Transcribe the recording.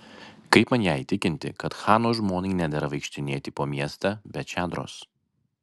kaip man ją įtikinti kad chano žmonai nedera vaikštinėti po miestą be čadros